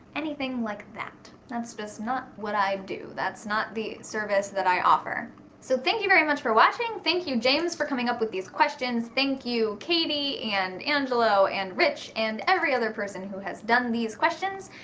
anything like that. that's just not what i do that's not the service that i offer so thank you very much for watching thank you james for coming up with these questions thank you katie and angelo and rich and every other person who has done these questions.